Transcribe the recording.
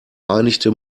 einigte